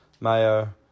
mayo